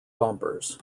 bumpers